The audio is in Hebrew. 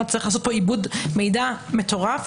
צריך לעשות פה עיבוד מידע מטורף.